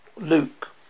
Luke